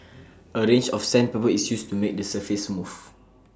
A range of sandpaper is used to make the surface smooth